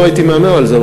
לא הייתי מהמר על זה,